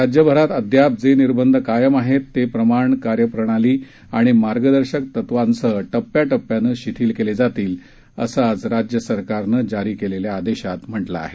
राज्यभरात अद्याप जे निर्बंध कायम आहेत ते प्रमाण कार्यप्रणाली आणि मार्गदर्शक तत्वासह टप्याटप्यानं शिथिल केले जातील असं आज राज्य सरकारनं जारी केलेल्या आदेशात म्हटलं आहे